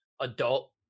adult